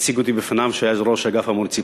הציג אותי בפניו, הוא היה אז ראש האגף המוניציפלי.